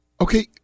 Okay